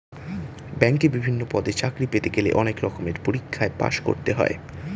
ব্যাংকে বিভিন্ন পদে চাকরি পেতে গেলে অনেক রকমের পরীক্ষায় পাশ করতে হয়